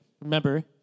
Remember